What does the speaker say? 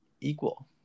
equal